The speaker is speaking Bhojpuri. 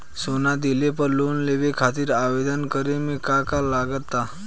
सोना दिहले पर लोन लेवे खातिर आवेदन करे म का का लगा तऽ?